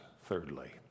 thirdly